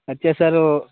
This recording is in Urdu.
اچھا سر